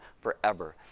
forever